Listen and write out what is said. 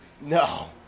No